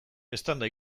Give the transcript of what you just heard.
eztanda